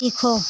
सीखो